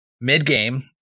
Mid-game